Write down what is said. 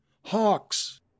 Hawks